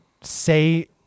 say